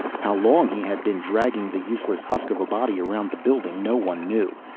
how long he had been dragging the useless husk of a body around the building, no one knew.